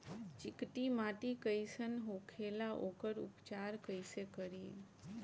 चिकटि माटी कई सन होखे ला वोकर उपचार कई से करी?